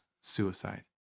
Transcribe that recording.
suicide